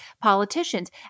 politicians